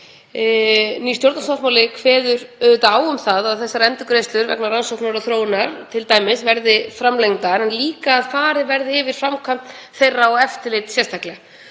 Nýr stjórnarsáttmáli kveður á um að þessar endurgreiðslur vegna rannsókna og þróunar t.d. verði framlengdar en líka að farið verði yfir framkvæmd þeirra og eftirlit sérstaklega.